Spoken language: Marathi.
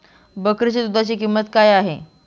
बकरीच्या दूधाची किंमत काय आहे?